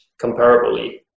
comparably